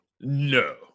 No